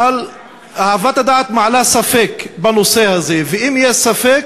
אבל חוות הדעת מעלה ספק בנושא הזה, ואם יש ספק,